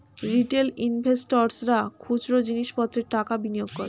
retail ইনভেস্টর্সরা খুচরো জিনিস পত্রে টাকা বিনিয়োগ করে